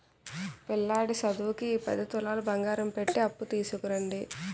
పిల్లాడి సదువుకి ఈ పది తులాలు బంగారం పెట్టి అప్పు తీసుకురండి